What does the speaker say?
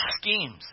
schemes